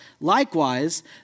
Likewise